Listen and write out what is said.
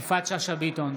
בעד יפעת שאשא ביטון,